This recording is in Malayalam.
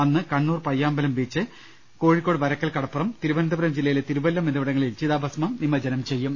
അന്ന് കണ്ണൂർ പയ്യാമ്പലം ബീച്ച് കോഴിക്കോട് വരയ്ക്കൽ കടപ്പുറം തിരുവനന്തപുരം ജില്ലയിലെ തിരുവല്ലം എന്നിവിടങ്ങളിൽ ചിതാഭസ്മം നിമജ്ജനം ചെയ്യും